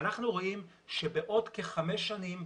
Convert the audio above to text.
אנחנו רואים שבעוד כחמש שנים,